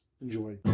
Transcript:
Enjoy